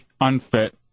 unfit